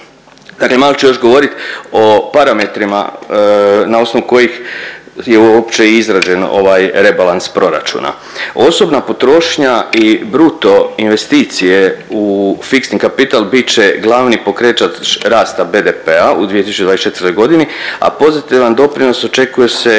dakle malo ću još govoriti o parametrima na osnovu kojih je uopće izrađen ovaj rebalans proračuna. Osobna potrošnja i bruto investicije u fiksni kapital bit će glavni pokretač rasta BDP-a u 2024. godini, a pozitivan doprinos očekuje se